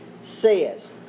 says